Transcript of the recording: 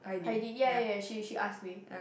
Heidi ya ya ya she she asked me